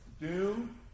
doom